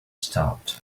stopped